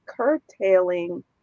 curtailing